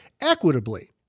equitably